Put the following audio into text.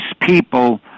people